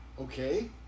Okay